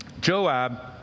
Joab